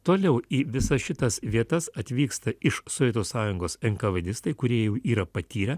toliau į visas šitas vietas atvyksta iš sovietų sąjungos enkavedistai kūrėjų yra patyrę